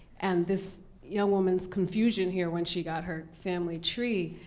and this young woman's confusion here when she got her family tree,